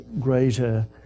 greater